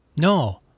no